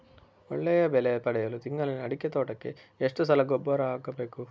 ಒಳ್ಳೆಯ ಬೆಲೆ ಪಡೆಯಲು ತಿಂಗಳಲ್ಲಿ ಅಡಿಕೆ ತೋಟಕ್ಕೆ ಎಷ್ಟು ಸಲ ಗೊಬ್ಬರ ಹಾಕಬೇಕು?